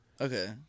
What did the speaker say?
Okay